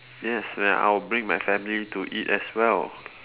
yes and I will bring my family to eat as well